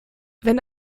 wenn